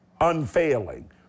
unfailing